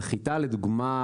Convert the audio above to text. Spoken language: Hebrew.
על חיטה לדוגמא,